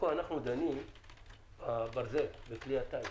אנחנו דנים בכלי הטיס.